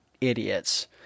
idiots